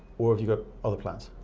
or have you got other plans?